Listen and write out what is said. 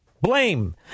Blame